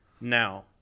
Now